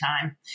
time